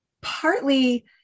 partly